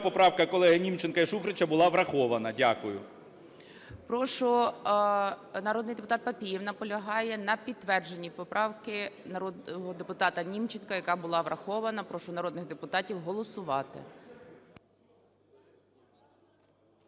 поправка колег Німченка і Шуфрича була врахована. Дякую. ГОЛОВУЮЧИЙ. Прошу, народний депутат Папієв наполягає на підтвердженні поправки народного депутата Німченка, яка була врахована. Прошу народних депутатів голосувати.